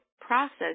process